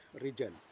region